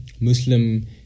Muslim